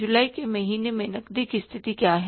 जुलाई के महीने में नकदी की स्थिति क्या है